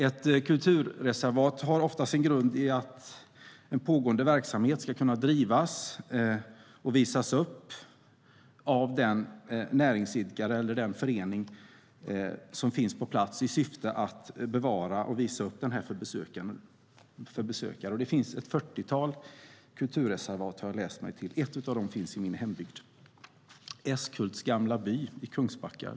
Ett kulturreservat har ofta sin grund i att en pågående verksamhet ska kunna drivas av den näringsidkare eller den förening som finns på plats i syfte att bevara reservatet och visa upp det för besökare. Det finns ett fyrtiotal kulturreservat, har jag läst mig till. Ett av dem finns i min hembygd: Äskhults gamla by i Kungsbacka.